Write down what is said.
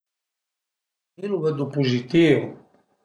Mi lu vëddu puzitìu